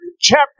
chapter